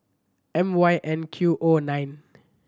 M Y N Q O nine